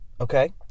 Okay